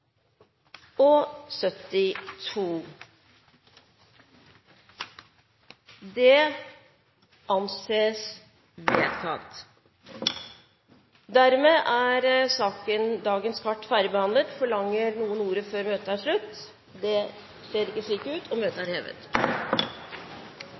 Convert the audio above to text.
Dermed er dagens kart ferdigbehandlet. Forlanger noen ordet før møtet